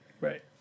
Right